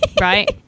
Right